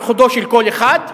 על חודו של קול אחד,